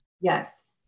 Yes